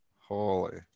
Holy